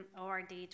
ORD